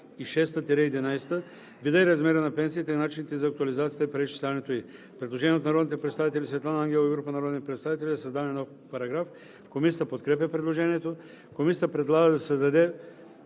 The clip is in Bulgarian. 1 – 4 и 6 – 11, вида и размера на пенсията и начините за актуализацията и преизчисляването ѝ.“ Предложение от народния представител Светлана Ангелова и група народни представители за създаване на нов параграф. Комисията подкрепя предложението. Комисията предлага да се създаде